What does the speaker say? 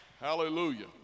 Hallelujah